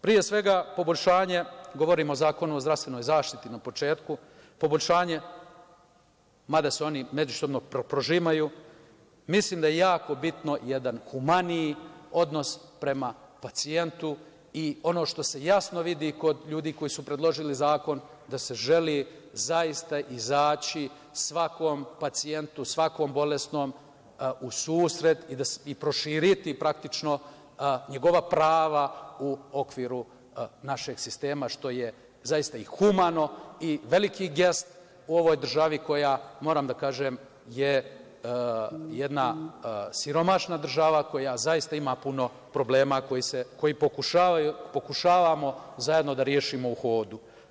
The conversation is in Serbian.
Pre svega, poboljšanje, govorim o zakonu o zdravstvenoj zaštiti na početku, poboljšanje, mada se oni međusobno prožimaju, mislim da je jako bitan jedan humaniji odnos prema pacijentu i ono što se jasno vidi kod ljudi koji su predložili zakon, da se želi zaista izaći svakom pacijentu, svakom bolesnom u susret i proširiti, praktično, njegova prava u okviru našeg sistema, što je zaista i humano i veliki gest u ovoj državi koja, moram da kažem, je jedna siromašna država koja zaista ima puno problema koje pokušavamo zajedno da rešimo u hodu.